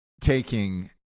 taking